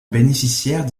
bénéficiait